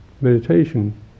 meditation